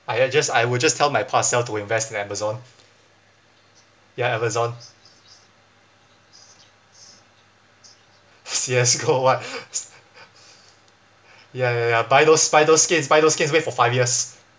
I ha~ just I will just tell my parcel to invest in amazon ya amazon C_S go what ya ya ya buy those buy those skins buy those skins wait for five years